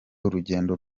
urugendo